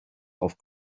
off